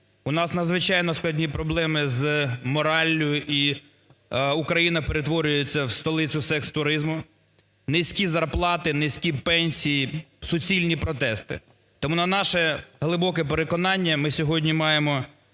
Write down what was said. У нас надзвичайно складні проблеми з мораллю, і Україна перетворюється в столицю секс-туризму. Низькі зарплати, низькі пенсії, суцільні протести. Тому, на наше глибоке переконання, ми сьогодні маємо